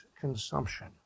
consumption